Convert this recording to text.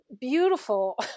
beautiful